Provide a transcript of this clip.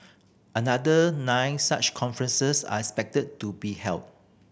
another nine such conferences are expected to be held